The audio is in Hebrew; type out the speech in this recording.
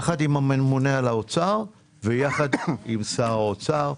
ביחד עם הממונה על האוצר וביחד עם שר האוצר.